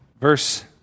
Verse